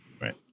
Right